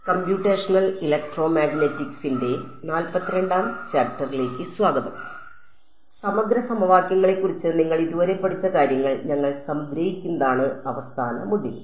സമഗ്ര സമവാക്യങ്ങളെക്കുറിച്ച് നിങ്ങൾ ഇതുവരെ പഠിച്ച കാര്യങ്ങൾ ഞങ്ങൾ സംഗ്രഹിക്കുന്നതാണ് അവസാന മൊഡ്യൂൾ